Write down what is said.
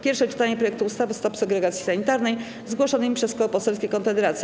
Pierwsze czytanie projektu ustawy Stop segregacji sanitarnej zgłoszonymi przez Koło Poselskie Konfederacja.